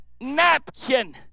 napkin